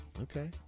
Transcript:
Okay